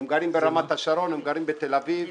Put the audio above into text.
הם גרים ברמת השרון, הם גרים בתל אביב.